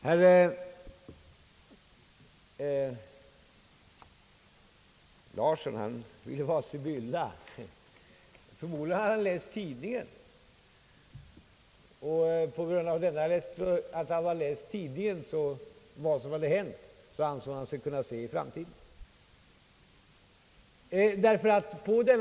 Herr Thorsten Larsson ville vara sibylla. Jag förmodar han har läst tidningarna och på grund av att han där läst om vad som hänt ansåg han sig kunna se in i framtiden.